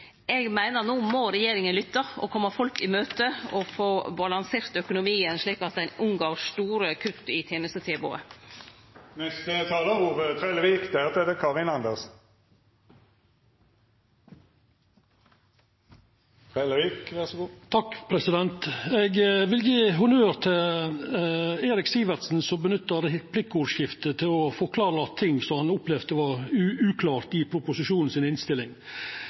Eg meiner at no må regjeringa lytte, kome folk i møte og få balansert økonomien slik at ein unngår store kutt i tenestetilbodet. Eg vil gje honnør til Eirik Sivertsen, som nytta replikkordskiftet med statsråd Astrup til å få klarlagd ting som han opplevde som uklare i innstillinga til proposisjonen. Han fekk for så vidt støtte for forståinga han har av regjeringa sin